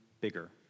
bigger